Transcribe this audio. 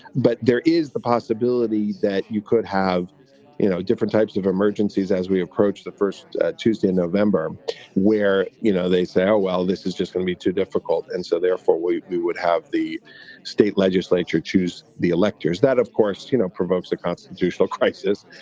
but there is the possibility that you could have you know different types of emergencies as we approach the first tuesday in november where, you know, they say, oh, well, this is just gonna be too difficult. and so therefore, we we would have the state legislature choose the electors that, of course, you know, provokes a constitutional crisis.